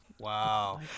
Wow